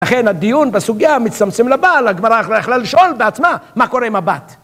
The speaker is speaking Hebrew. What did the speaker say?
לכן הדיון בסוגיה מצטמצם לבעל, הגמרא יכלה לשאול בעצמה מה קורה עם הבת.